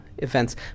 events